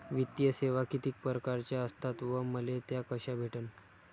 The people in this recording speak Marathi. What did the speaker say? वित्तीय सेवा कितीक परकारच्या असतात व मले त्या कशा भेटन?